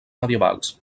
medievals